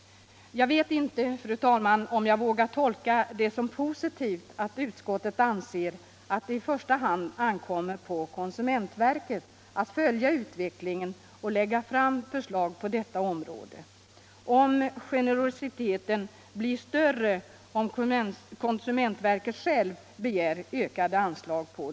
Jag vet inte, fru talman, om jag vågar tolka det som positivt att utskottet anser att det i första hand ankommer på konsumentverket att följa utvecklingen och lägga fram förslag på detta område. Blir generositeten större om konsumentverket begär ökade anslag?